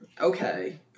okay